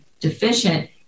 deficient